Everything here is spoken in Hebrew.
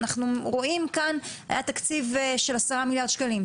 אנחנו רואים כאן תקציב של 10,000,000,000 שקלים,